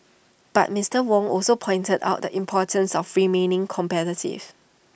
but Mister Wong also pointed out the importance of remaining competitive